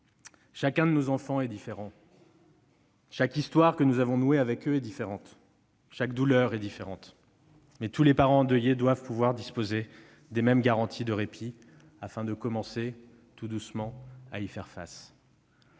Chacun de nos enfants est différent ; chaque histoire que nous avons nouée avec eux est différente ; chaque douleur est différente ; toutefois, tous les parents endeuillés doivent pouvoir disposer des mêmes garanties de répit, afin de commencer, tout doucement, à faire face